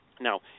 Now